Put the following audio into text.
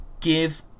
give